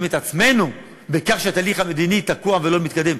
את עצמנו בכך שהתהליך המדיני תקוע ולא מתקדם.